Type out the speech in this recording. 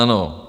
Ano.